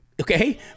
okay